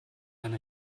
einer